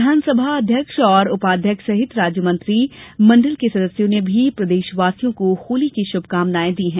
विधानसभा अध्यक्ष और उपाध्यक्ष सहित राज्यमंत्री मंडल के सदस्यों ने भी प्रदेशवासियों को होली की शुभकामनाऐं दी हैं